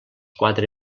quatre